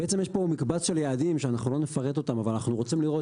בעצם יש פה מקבץ של יעדים שאנחנו לא נפרט אותם אבל אנחנו רוצים לראות